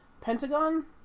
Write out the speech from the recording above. Pentagon